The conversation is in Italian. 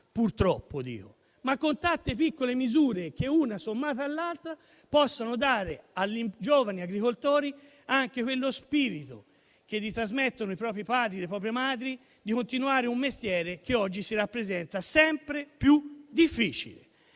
purtroppo, ma con tante piccole misure che, sommate l'una all'altra, possono dare ai giovani agricoltori quello spirito che trasmettono loro i propri padri e le proprie madri e che li spinge a continuare un mestiere che oggi si presenta sempre più difficile.